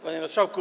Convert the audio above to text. Panie Marszałku!